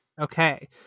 Okay